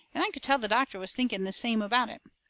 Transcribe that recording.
and i could tell the doctor was thinking the same about it.